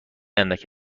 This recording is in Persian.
اندک